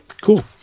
cool